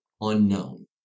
unknown